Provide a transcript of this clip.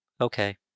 Okay